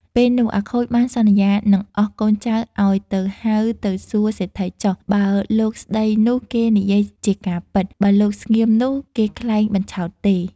ពេលនោះអាខូចបានសន្យានឹងអស់កូនចៅឲ្យទៅហៅទៅសួរសេដ្ឋីចុះ បើលោកស្ដីនោះគេនិយាយជាការពិត បើលោកស្ងៀមនោះគេក្លែងបញ្ឆោតទេ។